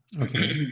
okay